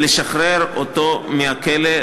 ולשחרר אותו מהכלא,